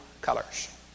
colors